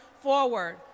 forward